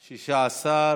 16,